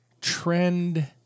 trend